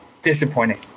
disappointing